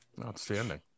Outstanding